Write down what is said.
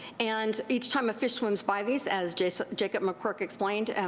and each time a fish swims by these as jacob jacob mccork explained,